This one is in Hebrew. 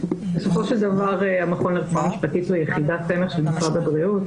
בסופו של דבר המכון לרפואה משפטית הוא יחידת סמך של משרד הבריאות.